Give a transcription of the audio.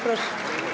Proszę.